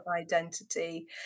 identity